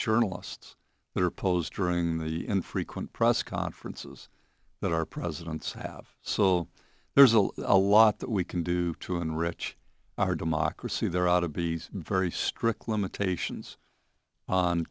journalists that are posed during the infrequent press conferences that our presidents have so there's a a lot that we can do to enrich our democracy there ought to be very strict limitations on